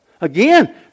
Again